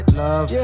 love